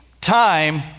time